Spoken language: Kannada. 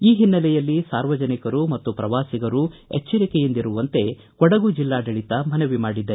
ಈ ಹಿನ್ನೆಲೆಯಲ್ಲಿ ಸಾರ್ವಜನಿಕರು ಮತ್ತು ಪ್ರವಾಸಿಗರು ಎಚ್ಚರಿಕೆಯಿಂದಿರುವಂತೆ ಕೊಡಗು ಜಿಲ್ಲಾಡಳತ ಮನವಿ ಮಾಡಿದೆ